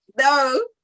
No